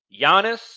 Giannis